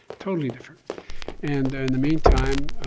totally different and in the meantime,